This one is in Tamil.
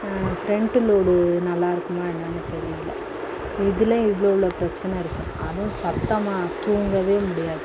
ஃப்ரண்டு லோடு நல்லா இருக்குமா என்னெனு தெரியல இதிலையே இவ்வளோ இவ்வளோ பிரச்சின இருக்கும் அதுவும் சத்தமாக தூங்கவே முடியாது